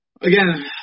Again